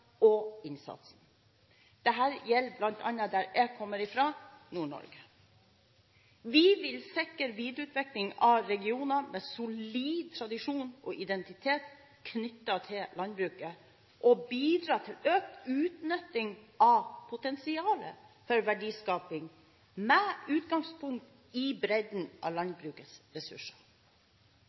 og innsatsen. Dette gjelder bl.a. der jeg kommer fra, Nord-Norge. Vi vil sikre videreutvikling av regioner med solid tradisjon og identitet knyttet til landbruket, og bidra til økt utnytting av potensialet for verdiskaping med utgangspunkt i bredden av landbrukets ressurser.